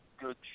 good